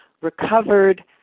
recovered